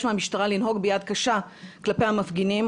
מהמשטרה לנהוג ביד קשה כלפי המפגינים,